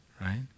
Right